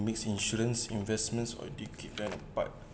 mix insurance investments or